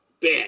Bet